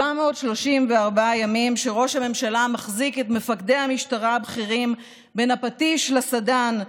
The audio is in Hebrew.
734 ימים שראש הממשלה מחזיק את מפקדי המשטרה הבכירים בין הפטיש לסדן,